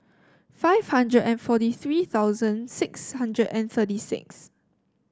five hundred and forty three thousand six hundred and thirty six